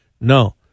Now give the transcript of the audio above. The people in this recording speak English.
No